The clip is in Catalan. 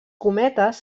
cometes